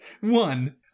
One